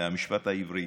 מהמשפט העברי,